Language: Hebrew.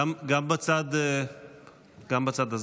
גם בצד הזה.